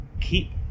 keep